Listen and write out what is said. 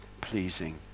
pleasing